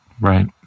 Right